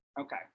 okay